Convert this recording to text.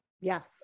Yes